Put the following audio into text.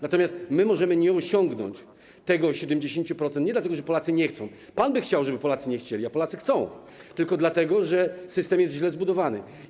Natomiast my możemy nie osiągnąć tego 70-procentowego wyszczepienia nie dlatego, że Polacy nie chcą - pan by chciał, żeby Polacy nie chcieli, a Polacy chcą - tylko dlatego, że system jest źle zbudowany.